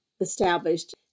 established